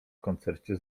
koncercie